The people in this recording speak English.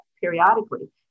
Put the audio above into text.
periodically